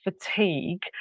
fatigue